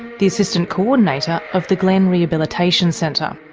the assistant co-ordinator of the glen rehabilitation centre.